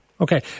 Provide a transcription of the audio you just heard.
Okay